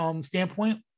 standpoint